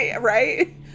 Right